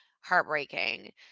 heartbreaking